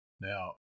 Now